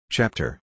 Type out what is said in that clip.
Chapter